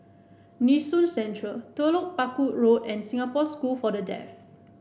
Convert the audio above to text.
Nee Soon Central Telok Paku Road and Singapore School for the Deaf